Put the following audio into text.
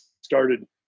started